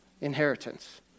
inheritance